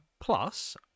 plus